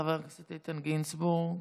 חבר הכנסת איתן גינזבורג,